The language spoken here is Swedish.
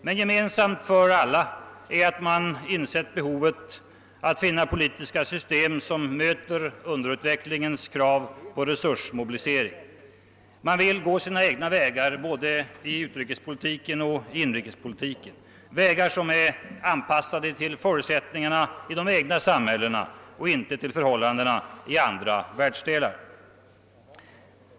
Men gemensamt för alla är att man insett behovet att finna politiska system som uppfyller underutvecklingens krav på resursmobilisering. Man vill gå sina egna vägar i både utrikesoch inrikespolitiken, vägar som är anpassade till förutsättningarna i de egna samhällena och inte till förhållandena i andra världsdelar.